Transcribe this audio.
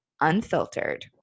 unfiltered